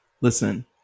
Listen